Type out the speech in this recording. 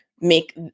make